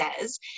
says